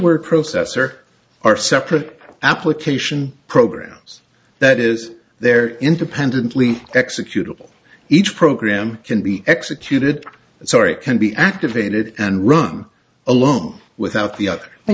word processor are separate application programs that is there independently executable each program can be executed sorry it can be activated and run along without the